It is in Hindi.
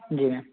जी मैम